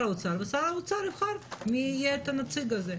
האוצר ושר האוצר יבחר מי יהיה הנציג הזה.